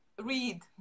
read